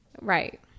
Right